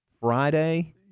Friday